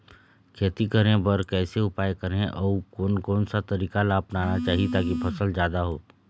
खेती करें बर कैसे उपाय करें अउ कोन कौन सा तरीका ला अपनाना चाही ताकि फसल जादा हो?